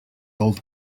old